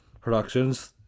productions